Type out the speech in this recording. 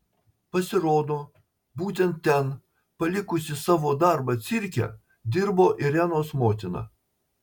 pasirodo būtent ten palikusi savo darbą cirke dirbo irenos motina